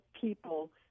people